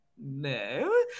no